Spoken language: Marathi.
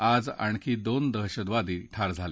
आज आणखी दोन दहशतवादी ठार झाले